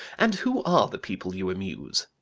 and who are the people you amuse?